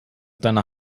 deiner